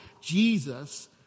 Jesus